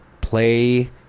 play